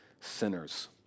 sinners